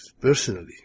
personally